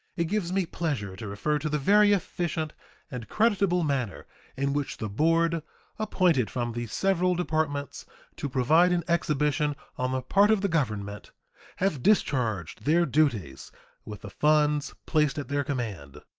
it gives me pleasure to refer to the very efficient and creditable manner in which the board appointed from these several departments to provide an exhibition on the part of the government have discharged their duties with the funds placed at their command.